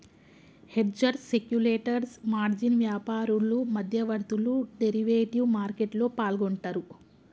hedgers, speculators, margin వ్యాపారులు, మధ్యవర్తులు derivative మార్కెట్లో పాల్గొంటరు